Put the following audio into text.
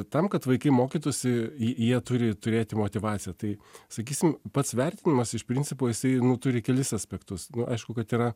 tam kad vaikai mokytųsi jie turi turėti motyvaciją tai sakysim pats vertinimas iš principo jisai nu turi kelis aspektus nu aišku kad yra